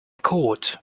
court